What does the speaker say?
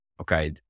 okay